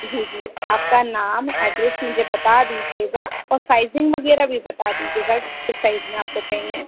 जी जी आपका नाम एड्रेस मुझे बता दीजिएगा और साइज़िंग वगैरह भी बता दीजिएगा किस साइज़ में आपको चाहिए